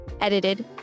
edited